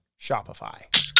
Shopify